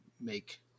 make